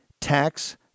Tax